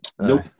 Nope